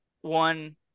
one –